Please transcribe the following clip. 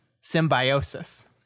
symbiosis